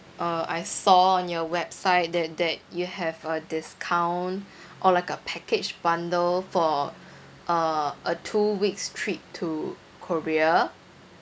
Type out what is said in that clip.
uh I saw on your website that that you have a discount or like a package bundle for uh a two weeks trip to korea